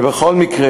בכל מקרה,